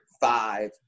five